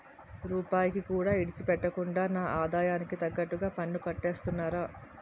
రూపాయికి కూడా ఇడిసిపెట్టకుండా నా ఆదాయానికి తగ్గట్టుగా పన్నుకట్టేస్తున్నారా